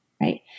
right